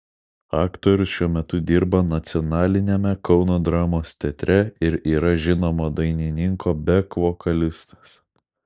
aktorius šiuo metu dirba nacionaliniame kauno dramos teatre ir yra žinomo dainininko bek vokalistas